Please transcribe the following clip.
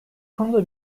konuda